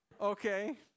okay